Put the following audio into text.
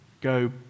go